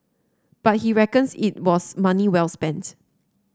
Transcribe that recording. but he reckons it was money well spent